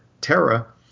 Terra